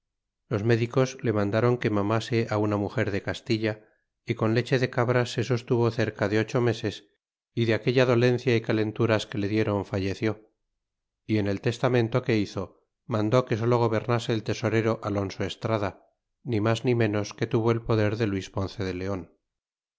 los médicos le mandron que mamase una muger de castilla y con leche de cabras se sostuvo cerca de ocho meses y de aquella dolencia y calenturas que le dié ron falleció y en el testamento que hizo mandó que solo gobernase el tesorero alonso estrada ni mas ni menos que tuya el poder de luis ponce de leon